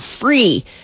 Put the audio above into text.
free